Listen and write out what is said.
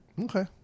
Okay